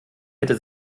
hätte